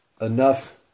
enough